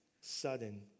sudden